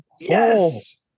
Yes